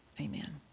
amen